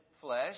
flesh